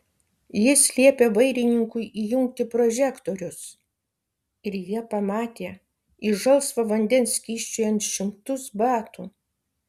jis liepė vairininkui įjungti prožektorius ir jie pamatė iš žalsvo vandens kyščiojant šimtus batų